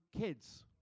kids